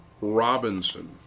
Robinson